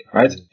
right